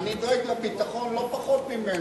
אני דואג לביטחון לא פחות ממנו.